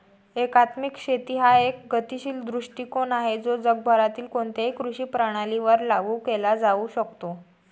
एकात्मिक शेती हा एक गतिशील दृष्टीकोन आहे जो जगभरातील कोणत्याही कृषी प्रणालीवर लागू केला जाऊ शकतो